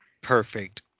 perfect